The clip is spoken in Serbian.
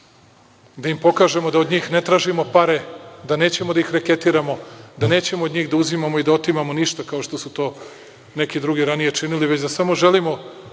da im pokažemo da od njih ne tražimo pare, da nećemo da ih reketiramo, da nećemo od njih da uzimamo i da otimamo ništa kao što su to neki drugi ranije činili, već da samo želimo